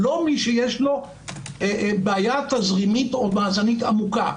לא מי שיש לו בעיה תזרימית או מאזנית עמוקה.